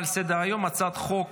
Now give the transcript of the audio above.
ההצעה להעביר את הצעת חוק